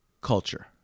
Culture